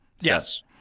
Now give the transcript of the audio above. Yes